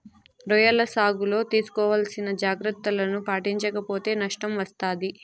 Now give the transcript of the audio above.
రొయ్యల సాగులో తీసుకోవాల్సిన జాగ్రత్తలను పాటించక పోతే నష్టం వస్తాది